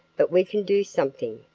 but we can do something,